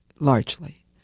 largely